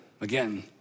again